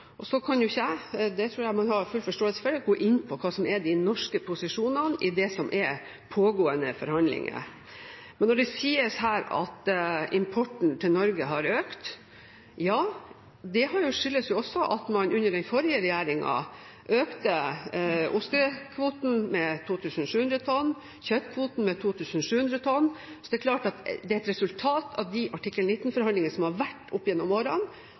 tror jeg man har full forståelse for – gå inn på hva som er de norske posisjonene i det som er pågående forhandlinger. Når det sies her at importen til Norge har økt: Ja, det skyldes også at man under den forrige regjeringen økte ostekvoten med 2 700 tonn, kjøttkvoten med 2 700 tonn. Så det er klart at det er et resultat av de artikkel 19-forhandlingene som har vært opp gjennom årene,